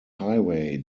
highway